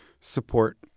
support